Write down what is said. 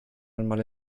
einmal